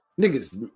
Niggas